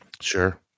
sure